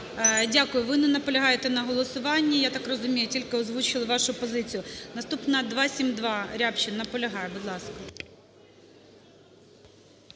Дякую. Ви не наполягаєте на голосуванні, я так розумію, тільки озвучили вашу позицію? Наступна, 272, Рябчин. Наполягає, будь ласка.